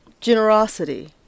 Generosity